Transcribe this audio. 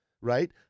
right